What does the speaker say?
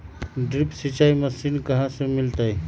Drip सिंचाई machine कहाँ से मिलतै?